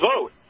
vote